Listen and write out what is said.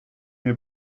mir